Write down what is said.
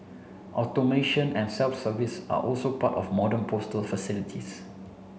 automation and self service are also part of modern postal facilities